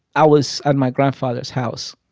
i was at my grandfather's house,